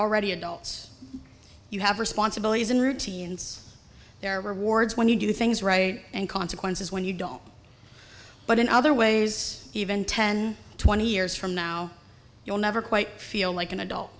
already adults you have responsibilities and routines there rewards when you do things right and consequences when you don't but in other ways even ten twenty years from now you'll never quite feel like an adult